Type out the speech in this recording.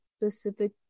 specific